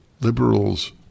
Liberals